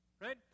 right